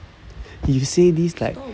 you say this like